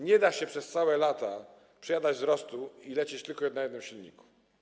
Nie da się przez całe lata przejadać wzrostu i lecieć tylko na jednym silniku.